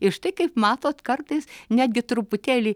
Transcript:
ir štai kaip matot kartais netgi truputėlį